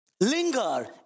Linger